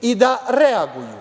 i da reaguju,